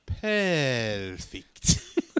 Perfect